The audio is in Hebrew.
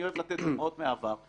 אני אוהב לתת דוגמאות מהעבר.